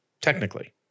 technically